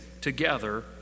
together